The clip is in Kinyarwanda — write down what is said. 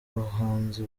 bahanzi